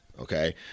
okay